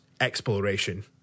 exploration